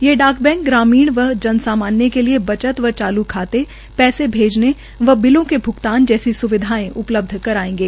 ये डाक बैंक ग्रामीण एवं जन सामान्य के लिए बचत खाते पैसे भेजने व बिलों के भ्गतान जैसी सुविधांए उपलब्ध करायेंगे